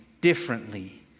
differently